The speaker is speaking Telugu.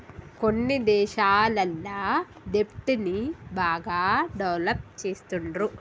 కొన్ని దేశాలల్ల దెబ్ట్ ని బాగా డెవలప్ చేస్తుండ్రు